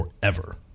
forever